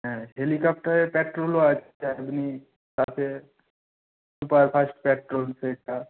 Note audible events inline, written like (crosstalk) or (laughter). হ্যাঁ হেলিকপ্টারের পেট্রোলও (unintelligible) আছে সুপার ফাস্ট পেট্রোল সেটা